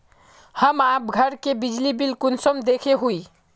हम आप घर के बिजली बिल कुंसम देखे हुई?